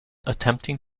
attempting